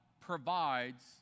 provides